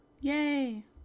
Yay